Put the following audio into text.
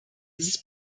dieses